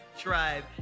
drive